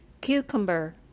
Cucumber